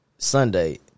Sunday